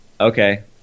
okay